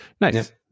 nice